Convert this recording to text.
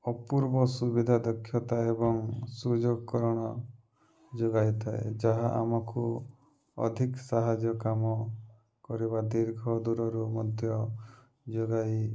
ଅପୂର୍ବ ସୁବିଧା ଦକ୍ଷତା ଏବଂ ସୁଯୋଗକରଣ ଯୋଗାଇଥାଏ ଯାହା ଆମକୁ ଅଧିକ ସାହାଯ୍ୟ କାମ କରିବା ଦୀର୍ଘ ଦୂରରୁ ମଧ୍ୟ ଯୋଗାଇ